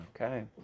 Okay